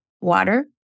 water